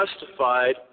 justified